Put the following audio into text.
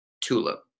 tulip